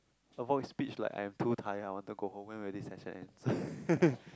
avoid speech like I'm too tired I want to go home when will this session ends